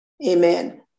amen